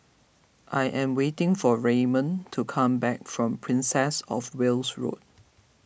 I am waiting for Raymond to come back from Princess of Wales Road